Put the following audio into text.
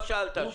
מה שאלת?